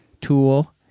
tool